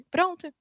Pronto